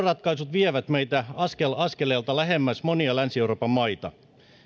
vievät meitä askel askelelta lähemmäs monia länsi euroopan maita